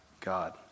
God